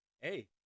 hey